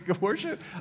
Worship